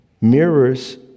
mirrors